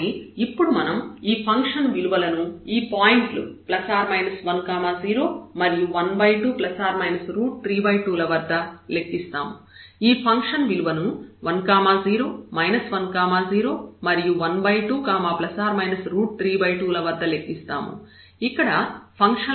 కాబట్టి ఇప్పుడు మనం ఈ ఫంక్షన్ విలువలను ఈ పాయింట్లు ±10 మరియు 12±32 ల వద్ద లెక్కిస్తాము ఈ ఫంక్షన్ విలువను 10 10 మరియు 12±32 ల వద్ద లెక్కిస్తాము